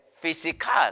physical